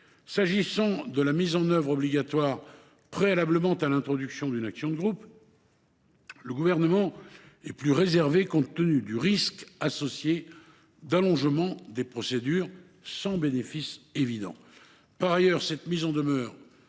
d’une mise en demeure préalable à toute introduction d’une action de groupe, le Gouvernement est plus réservé, compte tenu du risque associé d’allongement des procédures, sans bénéfice évident.